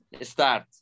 start